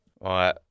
right